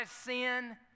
sin